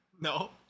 No